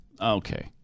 Okay